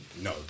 No